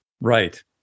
Right